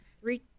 three